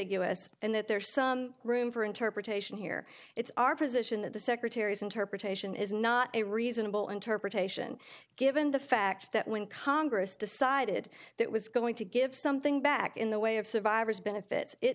that there's some room for interpretation here it's our position that the secretary's interpretation is not a reasonable interpretation given the fact that when congress decided that was going to give something back in the way of survivor's benefits it